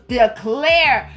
declare